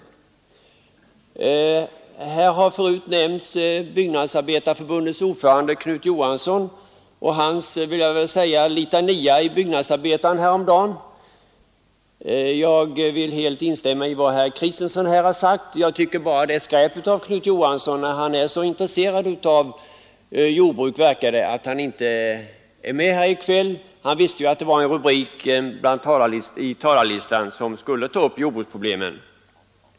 Här har förut nämnts Byggnadsarbetareförbundets ordförande Knut Johanssons litania i tidningen Byggnadsarbetaren häromdagen. Jag vill helt instämma i vad herr Kristiansson i Harplinge här har sagt. Jag tycker det är svagt av Knut Johansson att han inte är med här i kväll, när han verkar så intresserad av jordbruk. Han visste ju att vi under en särskild rubrik på talarlistan skulle ta upp jordbruksproblemen.